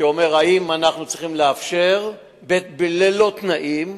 שאומר: האם אנחנו צריכים לאפשר ללא תנאים,